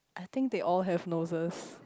I think they all have noses